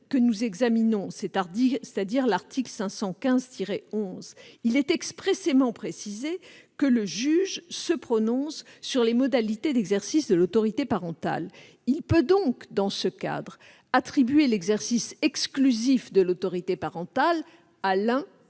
que nous examinons précise expressément que le juge se prononce sur les modalités d'exercice de l'autorité parentale. Il peut donc, dans ce cadre, attribuer l'exercice exclusif de l'autorité parentale à l'un